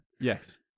Yes